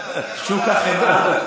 אנחנו ממהרים.